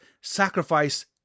sacrifice